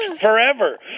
forever